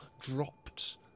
dropped